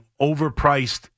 overpriced